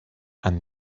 and